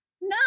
No